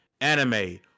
anime